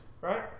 right